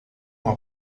uma